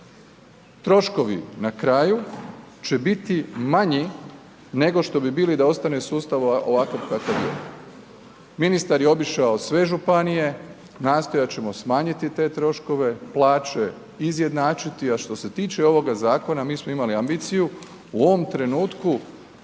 Troškovi na kraju će biti manji nego što bi bili da ostane sustav ovakav kakav je. Ministar je obišao sve županije, nastojat ćemo smanjiti te troškove, plaće izjednačiti. A što se tiče ovoga zakona, mi smo imali ambiciju u ovom trenutku